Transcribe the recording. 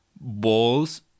balls